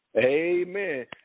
Amen